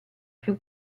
più